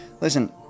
Listen